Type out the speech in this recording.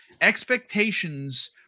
expectations